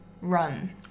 Run